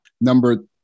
Number